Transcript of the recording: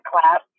class